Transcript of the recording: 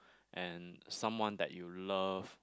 and someone that you love